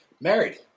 Married